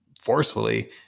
forcefully